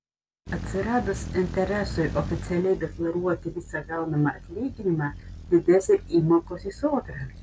atsiradus interesui oficialiai deklaruoti visą gaunamą atlyginimą didės ir įmokos į sodrą